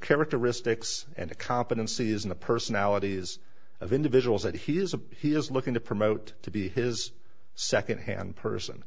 characteristics and a competency is in the personalities of individuals that he is a he is looking to promote to be his second hand person